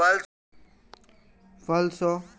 फल सॅ प्राप्त सोन घुलनशील वा अघुलनशील होइत अछि